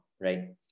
right